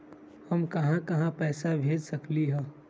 हम कहां कहां पैसा भेज सकली ह?